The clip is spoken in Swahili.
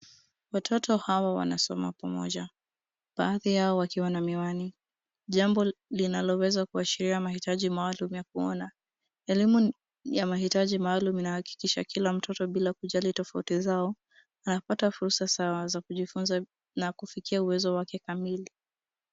Watoto hawa wanasoma pamoja. Baadhi yao wakiwa na miwani. Jambo linaloweza kuashilia mahitaji maaulumu ya kuona. Elimu ya mahitaji maalumu inahakikisha kila mtoto bila kujali tofauti zao. Wanapata fulsa sawa za kujifunza na kufikia uwezo wake kamili.